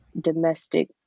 domestic